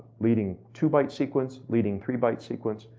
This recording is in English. leading two byte sequence, leading three byte sequence,